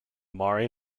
mare